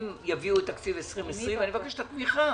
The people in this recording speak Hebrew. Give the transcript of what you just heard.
אם יביאו את תקציב 2020 אני מבקש את התמיכה,